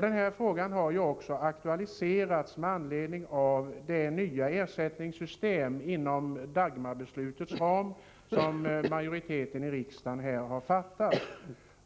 Denna fråga har också aktualiserats med anledning av det nya ersättningssystem inom Dagmarbeslutets ram som majoriteten i riksdagen har antagit.